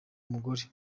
umugore